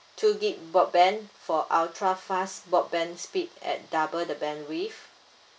two G_B broadband for ultra fast broadband speed at double the bandwidth